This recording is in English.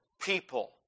people